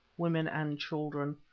women, and children,